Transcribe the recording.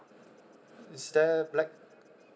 is there black